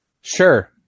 Sure